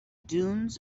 dunes